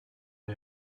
les